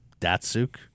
Datsuk